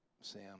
Sam